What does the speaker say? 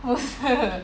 不是